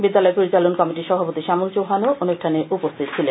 বিদ্যালয় পরিচালন কমিটির সভাপতি শ্যামল চৌহানও অনুষ্ঠানে উপস্হিত ছিলেন